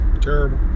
Terrible